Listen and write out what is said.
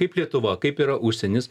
kaip lietuva kaip yra užsienis